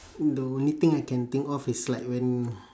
the only thing I can think of is like when